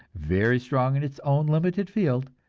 very strong in its own limited field,